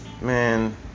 man